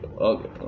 Okay